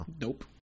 Nope